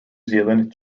zealand